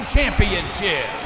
Championship